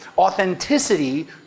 Authenticity